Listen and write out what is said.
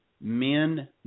men